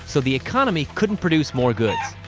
so the economy couldn't produce more goods.